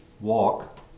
walk